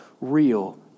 real